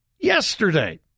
Yesterday